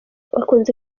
bakunze